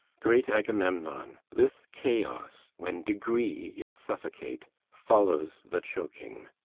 great agamemnon, this chaos, when degree is suffocate, follows the choking.